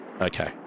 Okay